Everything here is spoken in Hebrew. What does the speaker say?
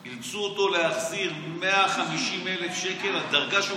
אילצו אותו להחזיר 150,000 שקל על דרגה שהוא